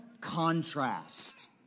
contrast